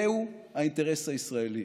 זה האינטרס הישראלי.